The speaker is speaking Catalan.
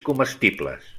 comestibles